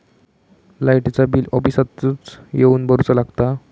लाईटाचा बिल ऑफिसातच येवन भरुचा लागता?